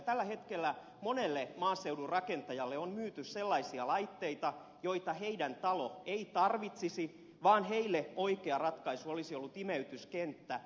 tällä hetkellä monelle maaseudun rakentajalle on myyty sellaisia laitteita joita heidän talonsa ei tarvitsisi vaan heille oikea ratkaisu olisi ollut imeytyskenttä